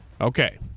Okay